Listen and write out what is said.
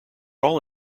all